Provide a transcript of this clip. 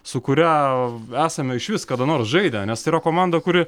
su kuria esame išvis kada nors žaidę nes tai yra komanda kuri